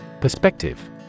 Perspective